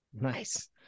Nice